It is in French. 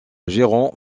gérant